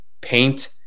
paint